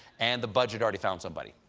and the budget already found somebody,